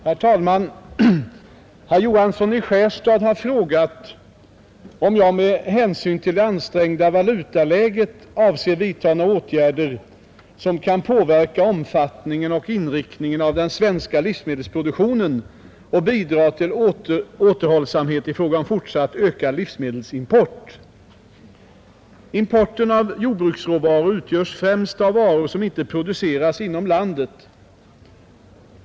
Herr talman! Herr Johansson i Skärstad har frågat om jag med hänsyn till det ansträngda valutaläget avser vidta några åtgärder, som kan påverka omfattningen och inriktningen av den svenska livsmedelsproduktionen och bidra till återhållsamhet i fråga om fortsatt ökad livsmedelsimport. hemska livsmedels Importen av jordbruksråvaror utgörs främst av varor som inte produceras inom landet.